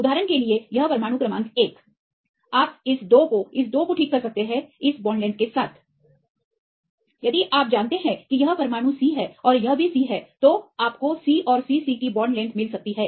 उदाहरण के लिए यह परमाणु क्रमांक एक आप इस 2 को इस 2 को ठीक कर सकते हैं इस बॉन्ड लेंथ के साथ यदि आप जानते हैं कि यह परमाणु c है और यह c भी है तो आपको c और cc की बांड लेंथमिल सकती हैं